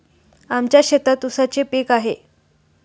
आमच्या शेतात ऊसाचे पीक आहे